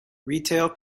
retail